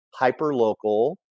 hyperlocal